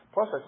Plus